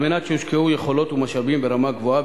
על מנת שיושקעו יכולות ומשאבים ברמה גבוהה